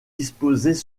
disposés